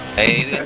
a